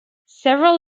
several